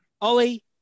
Ollie